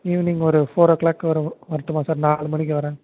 evening ஒரு four ஓ கிளாக்குக்கு வரட்டுமா சார் நாலு மணிக்கு வர்றேன்